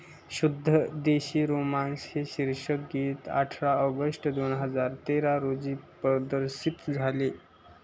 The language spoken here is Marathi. शुद्ध देशी रोमांस हे शीर्षकगीत अठरा ऑगस्ट दोन हजार तेरा रोजी प्रदर्शित झाले